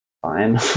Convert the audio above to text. fine